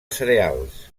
cereals